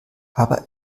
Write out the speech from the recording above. aber